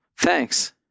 Thanks